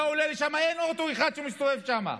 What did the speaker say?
אתה עולה לשם, ואין אוטו אחד שמסתובב שם,